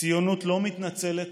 ציונות לא מתנצלת,